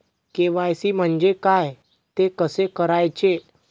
KYC म्हणजे काय? ते कसे करायचे?